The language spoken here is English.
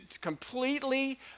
completely